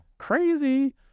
crazy